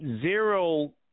zero